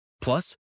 Plus